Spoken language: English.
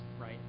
right